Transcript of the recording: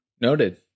noted